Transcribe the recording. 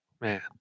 Man